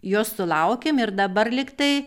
jos sulaukėm ir dabar lyg tai